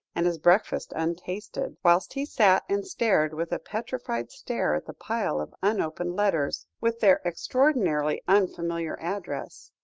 and his breakfast untasted, whilst he sat and stared with a petrified stare at the pile of unopened letters, with their extraordinarily unfamiliar address.